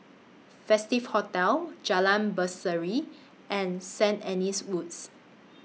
Festive Hotel Jalan Berseri and Saint Anne's Woods